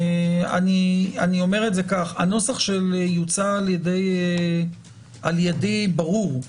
הנוסח שיוצע על-ידי ברור,